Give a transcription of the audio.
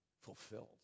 fulfilled